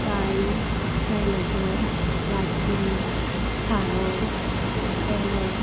कायल कायलाटो वाटी थाळो पेलो